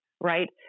right